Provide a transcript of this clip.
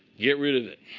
get rid of it.